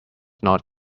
not